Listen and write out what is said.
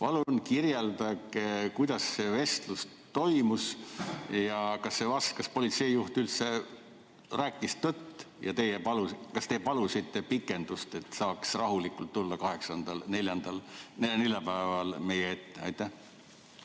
Palun kirjeldage, kuidas see vestlus toimus. Kas politseijuht üldse rääkis tõtt ja kas te palusite pikendust, et saaks rahulikult tulla 8. aprillil, neljapäeval, meie ette? Peeter